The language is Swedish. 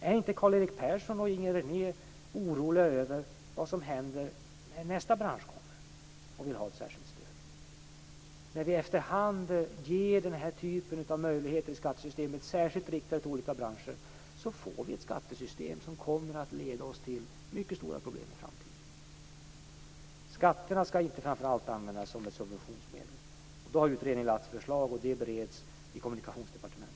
Är inte Karl-Erik Persson och Inger René oroliga över vad som händer när nästa bransch kommer och vill ha ett särskilt stöd? När vi efter hand ger den här typen av möjligheter i skattesystemet, särskilt riktade till olika branscher, får vi ett skattesystem som kommer att leda oss till mycket stora problem i framtiden. Skatterna skall inte framför allt användas som ett subventionsmedel. Utredningen har lagt fram ett förslag, och det bereds i Kommunikationsdepartementet.